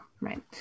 right